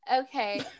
Okay